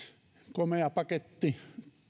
komea paketti